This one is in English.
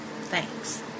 thanks